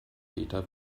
peter